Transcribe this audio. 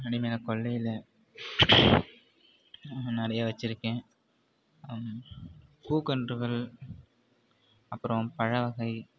மாடி மேலே கொல்லையில் நிறைய வச்சுருக்கேன் பூ கன்றுகள் அப்புறம் பழ வகை